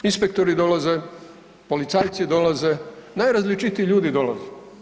Inspektori dolaze, policajci dolaze, najrazličitiji ljudi dolaze.